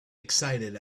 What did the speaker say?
excited